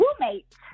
roommate